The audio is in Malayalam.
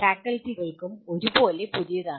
ഫാക്കൽറ്റികൾക്കും ഒരുപോലെ പുതിയതാണ്